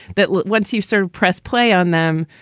that once you sort of press play on them,